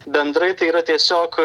bendrai tai yra tiesiog